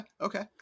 Okay